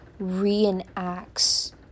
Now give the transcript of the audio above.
reenacts